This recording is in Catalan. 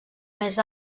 més